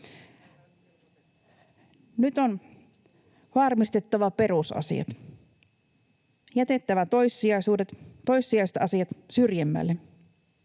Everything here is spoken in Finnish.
Nyt on varmistettava perusasiat, jätettävä toissijaisuudet, toissijaiset